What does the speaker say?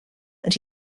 and